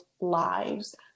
lives